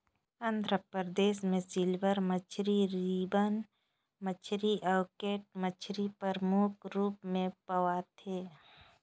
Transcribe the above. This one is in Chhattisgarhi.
आंध्र परदेस में सिल्वर मछरी, रिबन मछरी अउ कैट मछरी परमुख रूप में पवाथे